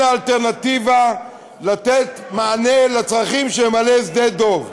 אלטרנטיבה לתת מענה לצרכים שממלא שדה-דב,